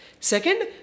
Second